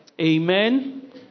Amen